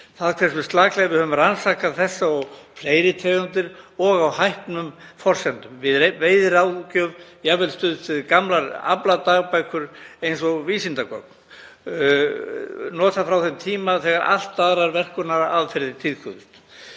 það hversu slaklega við höfum rannsakað þessa og fleiri tegundir og á hæpnum forsendum, við veiðiráðgjöf jafnvel stuðst við gamlar afladagbækur eins og vísindagögn, frá þeim tíma þegar allt aðrar verkunaraðferðir tíðkuðust.